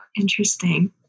Interesting